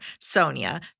Sonia